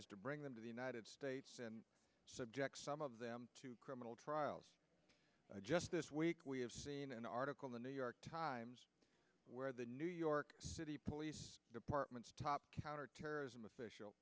is to bring them to the united states and subject some of them to criminal trials i just this week we have seen an article in the new york times where the new york city police department's top counterterrorism official